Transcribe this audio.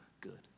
good